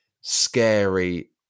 scary